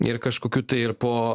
ir kažkokių tai ir po